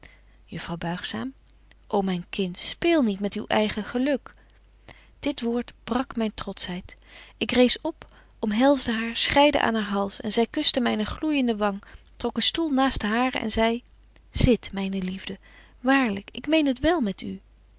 juffrouw buigzaam o myn kind speel niet met uw eigen geluk dit woord brak myn trotschheid ik rees op omhelsde haar schreide aan haar hals zy kuschte myne gloeijende wang trok een stoel naast den haren en zei zit myne liefde waarlyk ik meen het wel met u